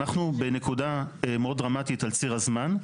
אנחנו בנקודה מאוד דרמטית על ציר הזמן.